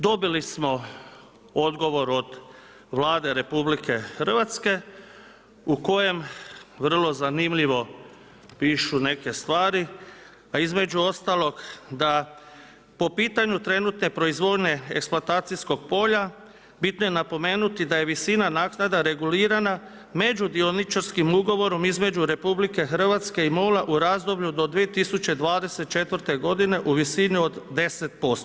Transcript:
Dobili smo odgovor od Vlade RH u kojem vrlo zanimljivo pišu neke stvari a između ostalog da po pitanju trenutne proizvodnje eksploatacijskog polja bitno je napomenuti da je visina naknada regulirana među dioničarskim ugovorom između RH i MOL-a u razdoblju do 2024. godine u visini od 10%